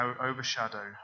overshadow